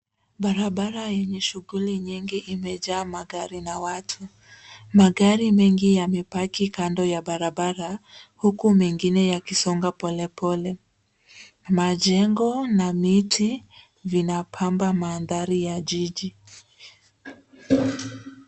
Barabara yenye shughuli nyingi imejaa magari na watu. Magari mengi yamepaki kando ya barabara huku mengine yakisonga polepole. Majengo na miti vinapamba mandhari ya jiji.